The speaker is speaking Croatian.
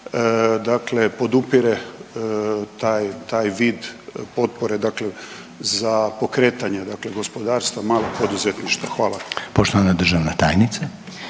godinu podupire taj vid potpore za pokretanje gospodarstva malog poduzetništva. Hvala.